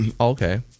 Okay